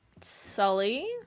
Sully